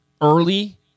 early